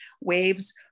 waves